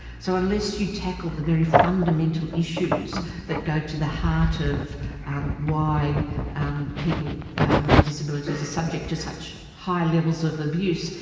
so unless you tackle the very fundamental issues that go to the heart of um why um people with disabilities are subject to such high levels of abuse,